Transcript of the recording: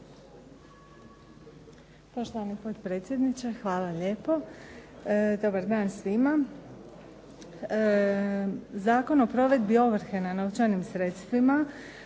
Poštovani potpredsjedniče, hvala lijepo. Dobar dan svima. Zakon o provedbi ovrhe na novčanim sredstvima